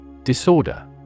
Disorder